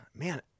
Man